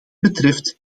betreft